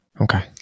Okay